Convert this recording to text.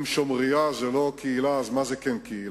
אם שומריה זה לא קהילה, אז מה זה כן קהילה?